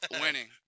Winning